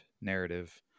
narrative